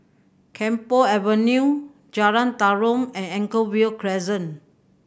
Camphor Avenue Jalan Tarum and Anchorvale Crescent